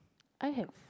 I have